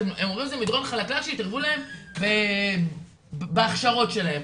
הם אומרים שזה מדרון חלקלק שיתערבו להם בהכשרות שלהם,